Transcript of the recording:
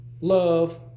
love